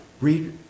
read